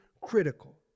critical